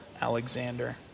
Alexander